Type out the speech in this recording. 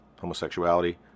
homosexuality